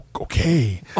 okay